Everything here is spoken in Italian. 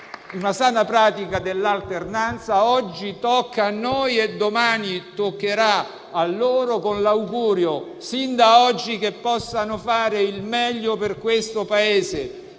e sana pratica dell'alternanza, oggi tocca a noi e domani toccherà a loro, con l'augurio, sin da oggi, che possano fare il meglio per l'Italia.